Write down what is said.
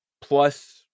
plus